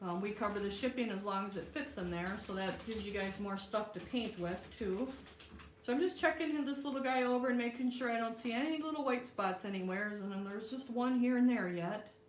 um we cover the shipping as long as it fits in um there. so that gives you guys more stuff to paint with too so i'm just checking in this little guy over and making sure i don't see any little white spots anywheres and then there's just one here and there yet